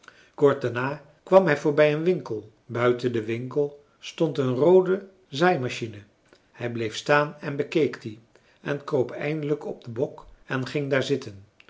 kort daarna kwam hij voorbij een winkel buiten den winkel stond een roode zaaimachine hij bleef staan en bekeek die en kroop eindelijk op den bok en ging daar zitten